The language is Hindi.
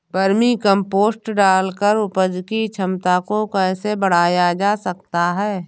वर्मी कम्पोस्ट डालकर उपज की क्षमता को कैसे बढ़ाया जा सकता है?